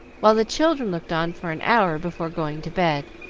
while the children looked on for an hour before going to bed,